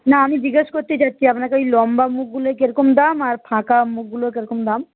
না আমি জিজ্ঞেস করতে চাইছি আপনার কাছে লম্বা মুখগুলো কী রকম দাম আর ফাঁকা মুখগুলো কী রকম দাম